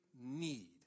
need